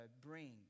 bring